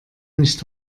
nicht